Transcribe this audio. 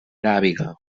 aràbiga